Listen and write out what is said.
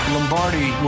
Lombardi